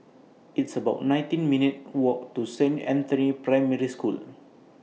It's about nineteen minutes' Walk to Saint Anthony's Primary School